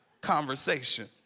conversation